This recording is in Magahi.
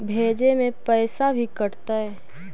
भेजे में पैसा भी कटतै?